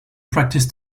practice